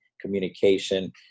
communication